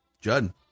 Judd